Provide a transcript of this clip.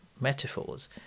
metaphors